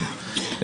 כן.